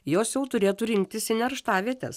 jos jau turėtų rinktis į nerštavietes